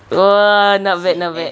!wah! not bad not bad